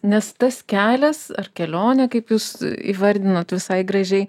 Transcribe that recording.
nes tas kelias ar kelionė kaip jūs įvardinot visai gražiai